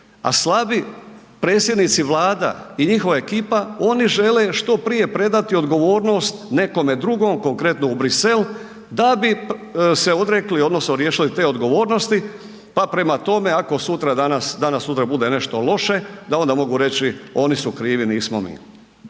a slabi predsjednici vlada i njihova ekipa oni žele što prije predati odgovornost nekome drugom, konkretno u Bruxelles da bi se riješili te odgovornosti, pa prema tome, ako danas sutra bude nešto loše da onda mogu reći oni su krivi nismo mi.